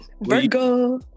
Virgo